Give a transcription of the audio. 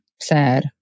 sad